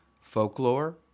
folklore